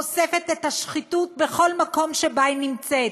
חושפת את השחיתות בכל מקום שבו היא נמצאת,